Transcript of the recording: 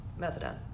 methadone